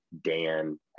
Dan